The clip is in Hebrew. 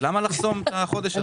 למה לחסום את החודש הזה?